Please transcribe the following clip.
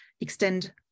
extend